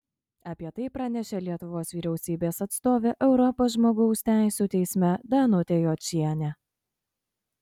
apie tai pranešė lietuvos vyriausybės atstovė europos žmogaus teisių teisme danutė jočienė